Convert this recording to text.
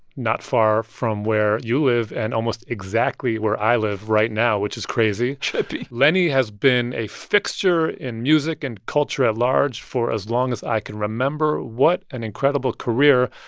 not far from where you live and almost exactly where i live right now, which is crazy trippy lenny has been a fixture in music and culture at large for as long as i can remember. what an incredible career.